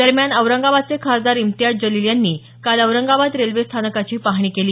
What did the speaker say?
दरम्यान औरंगाबादचे खासदार इम्तियाज जलील यांनी काल औरंगाबाद रेल्वे स्थानकाची पाहणी केली